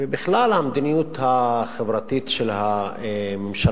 ובכלל, המדיניות החברתית של הממשלה,